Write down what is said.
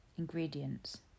Ingredients